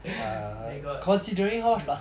they got looks